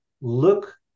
look